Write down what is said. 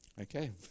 Okay